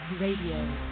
Radio